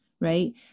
right